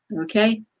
Okay